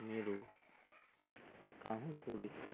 ᱢᱤᱨᱩ ᱠᱟᱹᱦᱩ ᱠᱩᱲᱤᱸᱫ